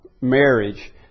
marriage